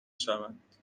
شوند